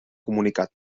comunicat